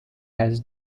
has